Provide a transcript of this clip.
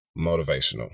motivational